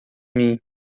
mim